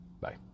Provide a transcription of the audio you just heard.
Bye